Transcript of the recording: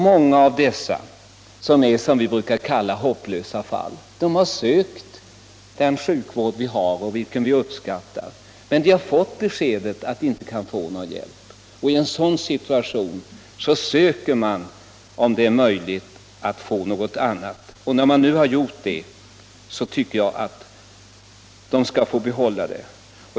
Många av dessa är vad vi brukar kalla hopplösa fall. De har sökt den sjukvård som vi har — och som vi uppskattar — men de har fått beskedet att de inte kan få någon hjälp där. I en sådan situation söker man ju att få någon annan hjälp, om detta är möjligt. När de nu har fått den hjälpen tycker jag att de också skall få behålla den.